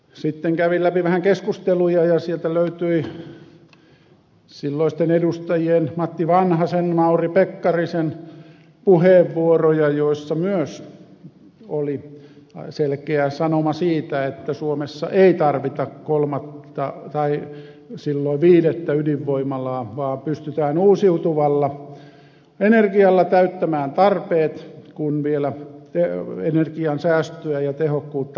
sitten kävin vähän läpi keskusteluja ja sieltä löytyi silloisten edustajien matti vanhasen mauri pekkarisen puheenvuoroja joissa myös oli selkeä sanoma siitä että suomessa ei tarvita kolmatta tai silloin viidettä ydinvoimalaa vaan pystytään uusiutuvalla energialla täyttämään tarpeet kun vielä energiansäästöä ja tehokkuutta parannetaan